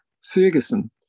Ferguson